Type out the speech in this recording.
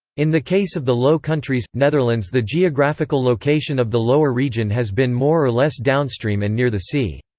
in the case of the low countries netherlands the geographical location of the lower region has been more or less downstream and near the sea.